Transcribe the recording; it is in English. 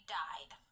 died